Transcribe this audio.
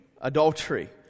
adultery